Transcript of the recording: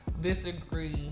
disagree